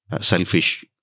selfish